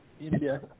India